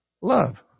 love